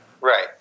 Right